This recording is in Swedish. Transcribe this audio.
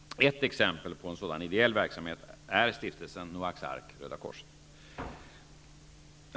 Ett exempel på en sådan ideell verksamhet är Stiftelsen Noaks Ark/Röda Korset.